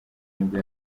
nibwo